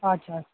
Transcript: अच्छा अच्छा